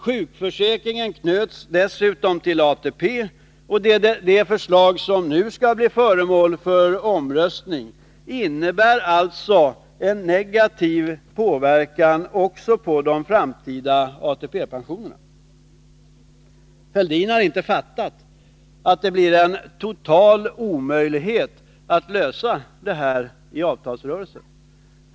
Sjukförsäkringen knöts dessutom till ATP, och det förslag som nu skall bli föremål för omröstning innebär alltså en negativ påverkan också på de framtida ATP-pensionerna. Thorbjörn Fälldin har inte fattat att det blir en total omöjlighet att lösa detta i avtalsrörelsen.